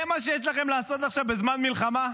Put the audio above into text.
זה מה שיש לכם לעשות עכשיו בזמן מלחמה?